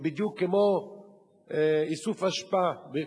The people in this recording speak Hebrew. זה בדיוק כמו איסוף אשפה.